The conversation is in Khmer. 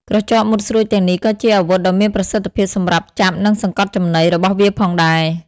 ក្រចកមុតស្រួចទាំងនេះក៏ជាអាវុធដ៏មានប្រសិទ្ធភាពសម្រាប់ ចាប់ និងសង្កត់ចំណី របស់វាផងដែរ។